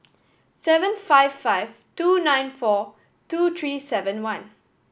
seven five five two nine four two three seven one